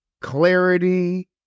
clarity